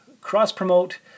cross-promote